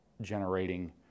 generating